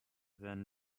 than